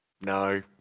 no